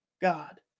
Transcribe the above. God